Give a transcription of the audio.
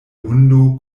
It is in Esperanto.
hundo